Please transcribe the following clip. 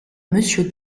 monsieur